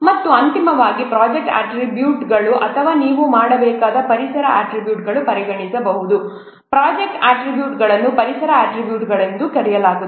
ಮತ್ತು ಅಂತಿಮವಾಗಿ ಪ್ರಾಜೆಕ್ಟ್ ಅಟ್ರಿಬ್ಯೂಟ್ಗಳು ಅಥವಾ ನೀವು ಮಾಡಬೇಕಾದ ಪರಿಸರ ಅಟ್ರಿಬ್ಯೂಟ್ಗಳು ಪರಿಗಣಿಸಿ ಪ್ರಾಜೆಕ್ಟ್ ಅಟ್ರಿಬ್ಯೂಟ್ಗಳನ್ನು ಪರಿಸರ ಅಟ್ರಿಬ್ಯೂಟ್ಗಳು ಎಂದೂ ಕರೆಯಲಾಗುತ್ತದೆ